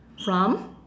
from